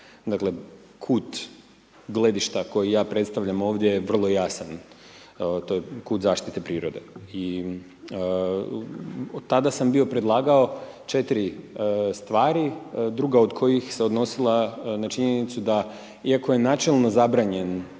Dakle kut gledišta koji ja predstavljam ovdje je vrlo jasan. To je kut zaštite prirode i tada sam bio predlagao 4 stvari. Druga od koji se odnosila na činjenicu, iako je načelo zabranjen